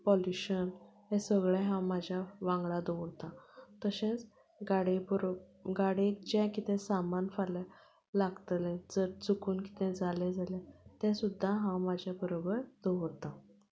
pollution हें सगळें हांव म्हाज्या वांगडा दवरतां तशेंच गाडयेक जें कितें सामान फाल्यां लागतलें जर चुकून कितेंय जालें जाल्यार तें सुद्दां हांव म्हाज्या बरोबर दवरतां